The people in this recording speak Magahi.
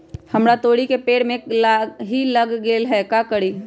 हमरा तोरी के पेड़ में लाही लग गेल है का करी?